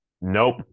Nope